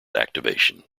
activation